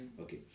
okay